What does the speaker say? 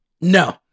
No